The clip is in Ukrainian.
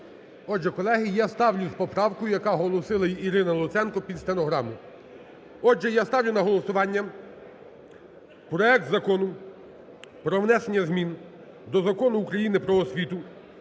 Отже, колеги, я ставлю з поправкою, яку оголосила Ірина Луценко під стенограму. Отже, я ставлю на голосування проект Закону про внесення змін до Закону України "Про освіту"